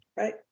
Right